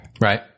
Right